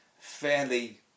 fairly